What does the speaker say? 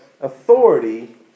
authority